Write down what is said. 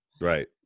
Right